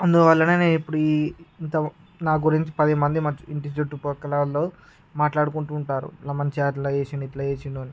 అందువల్లనే నేను ఇప్పుడు ఈ ఇంత నా గురించి పదిమంది ఇంటి చుట్టూపక్కల వాళ్ళు మాట్లాడుకుంటూ ఉంటారు ఇలా మంచిగా అట్ల చేసిండు ఇట్ల చేసిండు అని